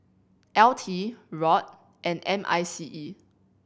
L T ROD and M I C E